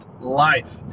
Life